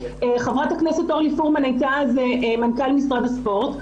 חברת הכנסת אורלי פרומן הייתה אז מנכ"ל משרד הספורט,